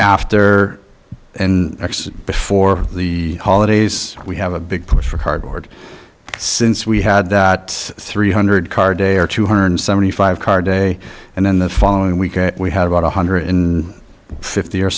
after an exit before the holidays we have a big push for cardboard since we had that three hundred car day or two hundred seventy five car day and then the following week we had about one hundred in fifty or